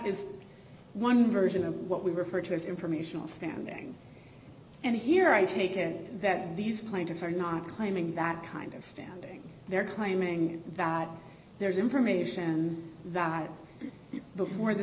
is one version of what we refer to as informational standing and here i take it that these plaintiffs are not claiming that kind of standing there claiming that there is information that before the